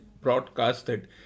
broadcasted